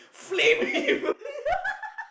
flamed him